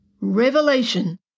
Revelation